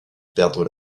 perdre